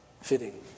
fitting